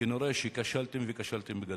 כנראה שכשלתם, וכשלתם בגדול.